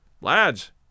Lads